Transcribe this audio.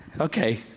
Okay